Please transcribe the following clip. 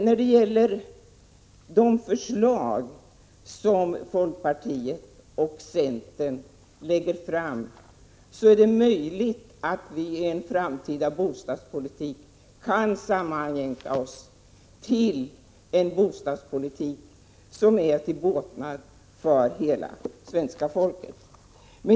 När det gäller de förslag som folkpartiet och centern lägger fram är det möjligt att vi i en framtid kan sammanjämka oss till en bostadspolitik som är till båtnad för hela det svenska folket.